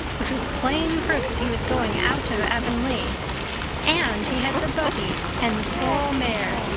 which was plain proof that he was going out of avonlea and he had the buggy and the sorrel mare,